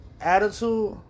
attitude